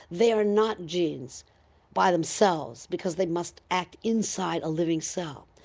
they are not genes by themselves, because they must act inside a living cell.